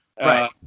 right